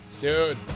dude